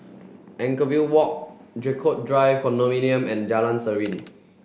Anchorvale Walk Draycott Drive Condominium and Jalan Serene